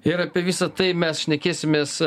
ir apie visa tai mes šnekėsimės